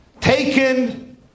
taken